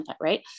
right